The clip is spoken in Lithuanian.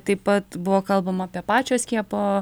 taip pat buvo kalbama apie pačio skiepo